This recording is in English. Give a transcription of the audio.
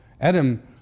Adam